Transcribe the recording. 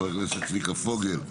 חבר הכנסת צביקה פוגל,